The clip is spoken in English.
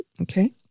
Okay